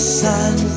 sun